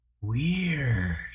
Weird